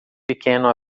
pequeno